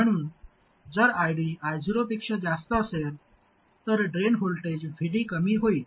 म्हणून जर ID I0 पेक्षा जास्त असेल तर ड्रेन व्होल्टेज VD कमी होईल